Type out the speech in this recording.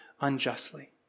unjustly